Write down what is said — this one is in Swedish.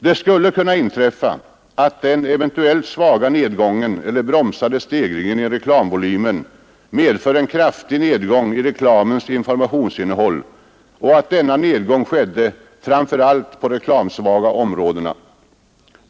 Det skulle kunna inträffa att den eventuella svaga nedgången eller bromsade stegringen i reklamvolymen medför en kraftig nedgång i reklamens informationsinnehäll och att denna nedgång skedde framför allt på de reklamsvaga områdena.